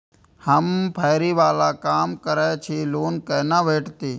हम फैरी बाला काम करै छी लोन कैना भेटते?